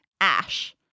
ash